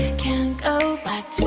can't go back